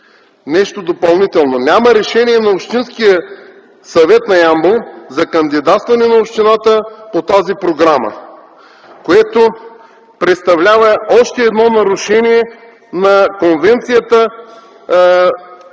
Нещо допълнително – няма решение на Общинския съвет на гр. Ямбол за кандидатстване на общината по тази програма, което представлява още едно нарушение на Конвенцията